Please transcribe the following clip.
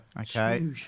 Okay